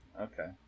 Okay